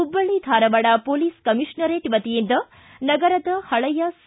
Hubballi Dharwad police commissionerate ವತಿಯಿಂದ ನಗರದ ಹಳೆಯ ಸಿ